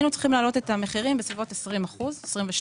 היינו צריכים להעלות את המחירים בכ-20% 22%,